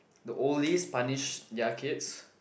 the oldest punish their kids